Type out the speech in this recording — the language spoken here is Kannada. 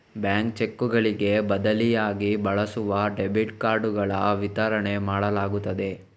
ಬ್ಯಾಂಕ್ ಚೆಕ್ಕುಗಳಿಗೆ ಬದಲಿಯಾಗಿ ಬಳಸಲು ಡೆಬಿಟ್ ಕಾರ್ಡುಗಳ ವಿತರಣೆ ಮಾಡಲಾಗುತ್ತದೆ